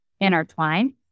intertwined